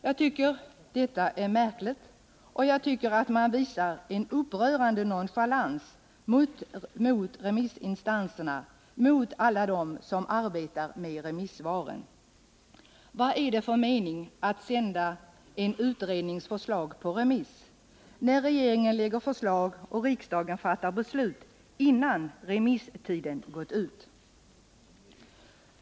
Jag tycker detta är märkligt, och jag tycker att man visar en upprörande nonchalans mot remissinstanserna, mot alla dem som arbetar med remisssvaren. Vad är det för mening med att sända en utrednings förslag på remiss, när regeringen lägger fram förslag och riksdagen fattar beslut innan remisstiden gått ut?